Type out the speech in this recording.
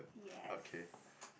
yes